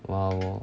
!wow!